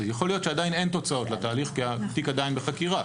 יכול להיות שעדיין אין תוצאות לתהליך כי התיק עדיין בחקירה.